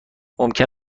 ممکن